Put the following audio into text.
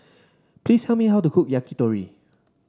please tell me how to cook Yakitori